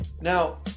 now